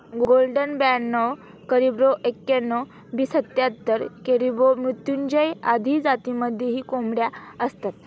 golden ब्याणव करिब्रो एक्याण्णण, B सत्याहत्तर, कॅरिब्रो मृत्युंजय आदी जातींमध्येही कोंबड्या असतात